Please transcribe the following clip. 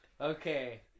okay